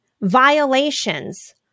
violations